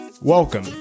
Welcome